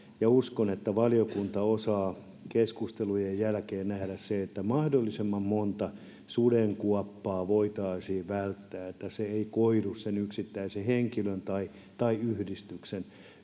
ja uskon niin että valiokunta osaa keskustelujen jälkeen nähdä sen että mahdollisimman monta sudenkuoppaa voitaisiin välttää että se ei koidu sen yksittäisen henkilön tai tai yhdistyksen